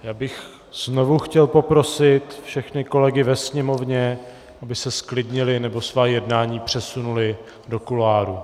Já bych znovu chtěl poprosit všechny kolegy ve sněmovně, aby se zklidnili nebo svá jednání přesunuli do kuloárů.